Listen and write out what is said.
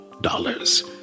dollars